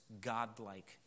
godlike